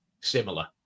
similar